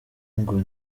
ngo